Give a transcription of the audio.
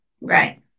Right